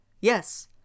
Yes